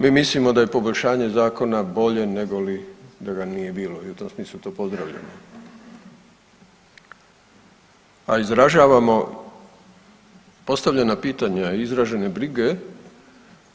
Mi mislimo da je poboljšanje zakona bolje nego li da ga nije bilo i u tom smislu to pozdravljamo, a izražavamo postavljana pitanja i izražene brige